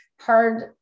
hard